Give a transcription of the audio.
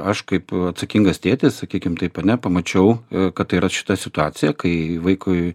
aš kaip atsakingas tėtis sakykim taip ane pamačiau kad yra šita situacija kai vaikui